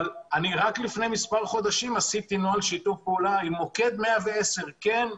אבל רק לפני מספר חודשים עשיתי נוהל שיתוף פעולה עם מוקד 110. כן,